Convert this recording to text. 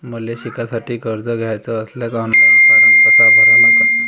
मले शिकासाठी कर्ज घ्याचे असल्यास ऑनलाईन फारम कसा भरा लागन?